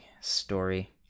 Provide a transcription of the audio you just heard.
story